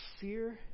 Fear